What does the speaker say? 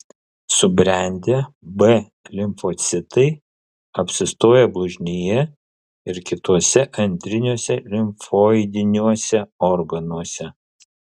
subrendę b limfocitai apsistoja blužnyje ir kituose antriniuose limfoidiniuose organuose